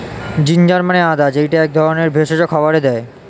ginger মানে আদা যেইটা এক ধরনের ভেষজ খাবারে দেয়